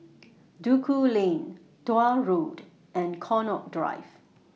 Duku Lane Tuah Road and Connaught Drive